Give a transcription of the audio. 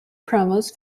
promos